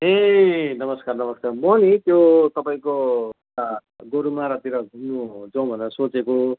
ए नमस्कार नमस्कार म नि त्यो तपाईँको गोरुमारातिर घुम्नु जाऊँ भनेर सोचेको